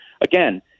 again